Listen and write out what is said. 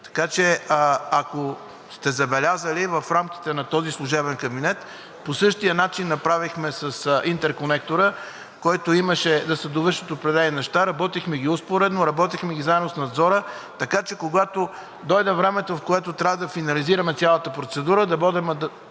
Така че, ако сте забелязали, в рамките на този служебен кабинет по същия начин направихме с интерконектора, където имаше да се довършат определени неща, работихме ги успоредно, работихме ги заедно с надзора, така че, когато дойде времето, в което трябва да финализираме цялата процедура, да можем